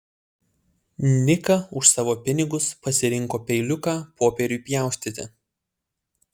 nika už savo pinigus pasirinko peiliuką popieriui pjaustyti